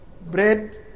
bread